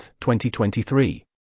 2023